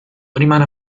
rimane